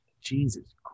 Jesus